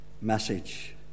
message